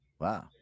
Wow